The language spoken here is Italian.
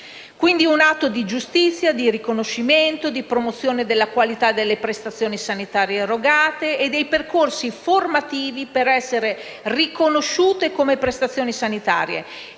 di un atto di giustizia, di riconoscimento, di promozione della qualità delle prestazioni sanitarie erogate e dei percorsi formativi per essere riconosciuti come tali; ma è anche